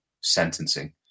sentencing